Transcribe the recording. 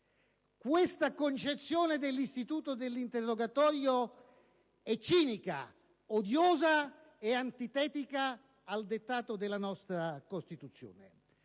Questa concezione dell'istituto dell'interrogatorio è cinica, odiosa e antitetica al dettato della nostra Costituzione.